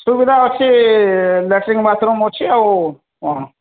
ସୁବିଧା ଅଛି latrine bathroom ଅଛି ଆଉ କ'ଣ